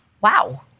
Wow